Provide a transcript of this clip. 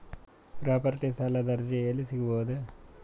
Property ಸಾಲದ ಅರ್ಜಿ ಎಲ್ಲಿ ಸಿಗಬಹುದು?